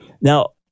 Now